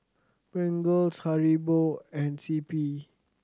Pringles Haribo and C P